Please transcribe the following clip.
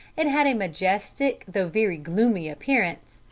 it had a majestic though very gloomy appearance,